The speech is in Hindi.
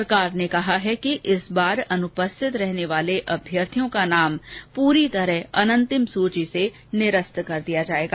सरकार ने कहा है कि इस बार अनुपस्थित रहने वाले अभ्यर्थियों का नाम पूरी तरह अनन्तिम सूची से निरस्त कर दिया जाएगा